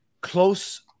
close